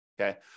okay